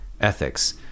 ethics